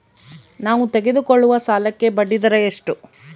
ನಾವು ತೆಗೆದುಕೊಳ್ಳುವ ಸಾಲಕ್ಕೆ ಬಡ್ಡಿದರ ಎಷ್ಟು?